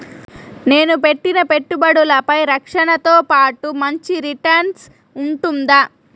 నేను పెట్టిన పెట్టుబడులపై రక్షణతో పాటు మంచి రిటర్న్స్ ఉంటుందా?